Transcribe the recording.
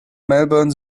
melbourne